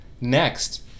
Next